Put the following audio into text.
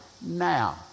now